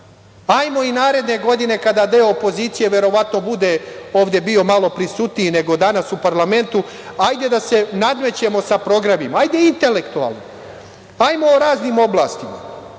ajmo i naredne godine kada deo opozicije, verovatno bude ovde bio malo prisutniji, nego danas u parlamentu, ajde da se nadmećemo sa programima, ajde intelektualno, ajmo o raznim oblastima,